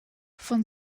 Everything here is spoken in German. von